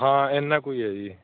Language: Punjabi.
ਹਾਂ ਇੰਨਾ ਕੁ ਹੀ ਹੈ ਜੀ